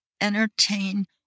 entertain